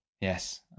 Yes